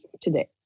today